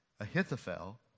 Ahithophel